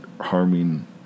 harming